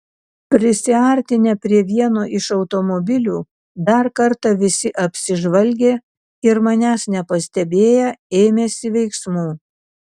prisiartinę prie vieno iš automobilių dar kartą visi apsižvalgė ir manęs nepastebėję ėmėsi veiksmų